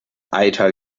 eiter